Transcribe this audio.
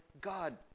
God